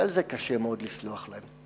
ועל זה קשה מאוד לסלוח להם.